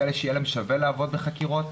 כאלה שיהיה להם שווה לעבוד בחקירות?